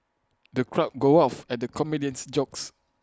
the crowd guffawed at the comedian's jokes